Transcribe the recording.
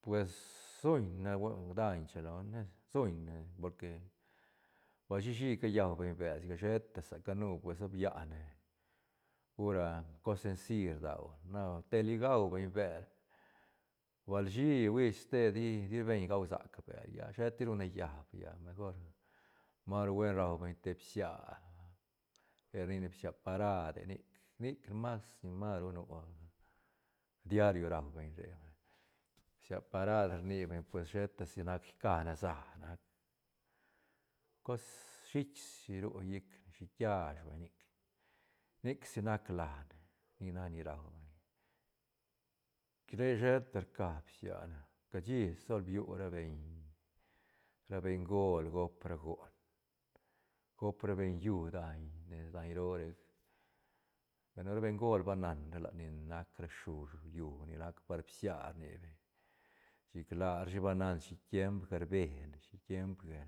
Pues suñ ne buen daiñ shilo ne suñne porque bal shí-shí callau bel sigac sheta sa canu pues a biane pur ah cos senci rdaune na teli gau beñ bel bal shi huis ste di- di beñ gua sac bel lla sheta tirune llab lla mejor ma ru buen rau beñ te bsia re rnine bsia parade nic- nic mas ni maru nu ah diario rau beñ re vay bsia parad rni beñ pues sheta si nac icane sä nac cos shiit si ru llicne shiit kiash vay nic- nic si nac lane nic nac ni ruabeñ. Re sheta rca bsia cashi sol biu ra beñ ra bengol gop ra goon gop ra beñ llú daiñ nes daiñ roo rec na nu ra bengol ba nan ra lat ni nac ra shú llú ni rac par bsia rni beñ chic larashi ba nan si tiempca rbe ne tiempga